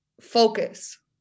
focus